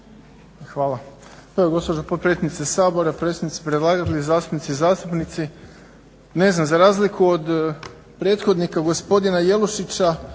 Hvala.